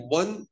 one